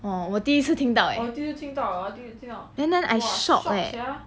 orh 我第一次听到 eh and then I shock eh